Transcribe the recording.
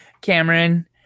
Cameron